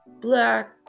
black